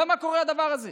למה קורה הדבר הזה?